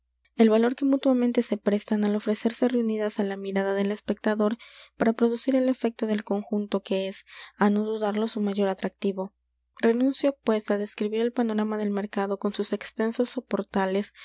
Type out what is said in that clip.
el valor que mutuamente se prestan al ofrecerse reunidas á la mirada del espectador para producir el efecto del conjunto que es á no dudarlo su mayor atractivo renuncio pues á describir el panorama del mercado con sus extensos soportales